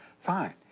fine